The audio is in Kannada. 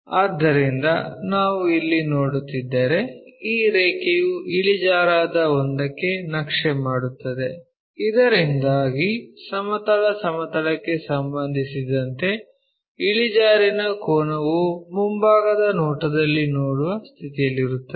ಆದ್ದರಿಂದ ನಾವು ಇಲ್ಲಿ ನೋಡುತ್ತಿದ್ದರೆ ಈ ರೇಖೆಯು ಇಳಿಜಾರಾದ ಒಂದಕ್ಕೆ ನಕ್ಷೆ ಮಾಡುತ್ತದೆ ಇದರಿಂದಾಗಿ ಸಮತಲ ಸಮತಲಕ್ಕೆ ಸಂಬಂಧಿಸಿದಂತೆ ಇಳಿಜಾರಿನ ಕೋನವು ಮುಂಭಾಗದ ನೋಟದಲ್ಲಿ ನೋಡುವ ಸ್ಥಿತಿಯಲ್ಲಿರುತ್ತದೆ